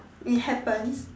it happened